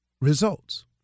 results